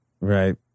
Right